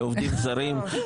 לעובדים זרים?